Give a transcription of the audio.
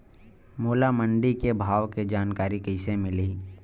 मोला मंडी के भाव के जानकारी कइसे मिलही?